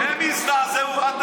הם יזדעזעו.